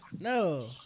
no